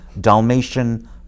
Dalmatian